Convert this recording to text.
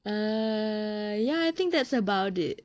err ya I think that's about it